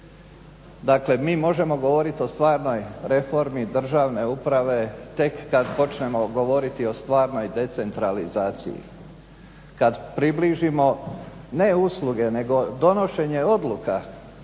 Dakle mi možemo govoriti o stvarnoj reformi državne uprave tek kada počnemo govoriti o stvarnoj decentralizaciji, kada približimo ne usluge nego donošenje odluka građanima